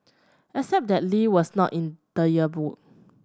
except that Lee was not in the yearbook